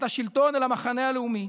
אל המחנה הלאומי,